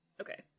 Okay